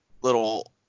little